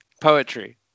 Poetry